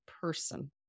person